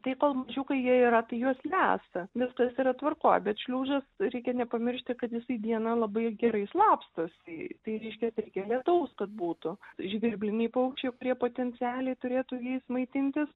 tai kol mažiukai jie yra tai juos lesa viskas yra tvarkoj bet šliužas reikia nepamiršti kad jisai dieną labai gerai slapstosi tai reiškia reikia lietaus kad būtų žvirbliniai paukščiai kurie potencialiai turėtų jais maitintis